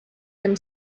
them